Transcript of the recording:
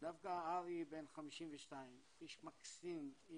דווקא ארי, בן 52. איש מקסים,